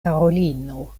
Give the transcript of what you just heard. karolino